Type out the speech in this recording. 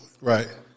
Right